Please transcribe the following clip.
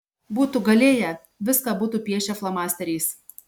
būtų galėję viską būtų piešę flomasteriais